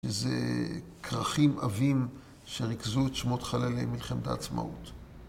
שזה כרכים עבים שריכזו את שמות חללי מלחמת העצמאות.